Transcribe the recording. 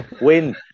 Win